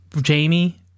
Jamie